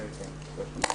צהריים טובים.